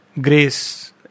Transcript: grace